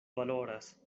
valoras